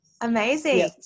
Amazing